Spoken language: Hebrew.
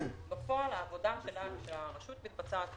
בפועל העבודה שלנו ברשות מתבצעת